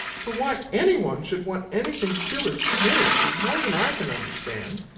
for why any one should want anything to do with snakes is more then i can understand.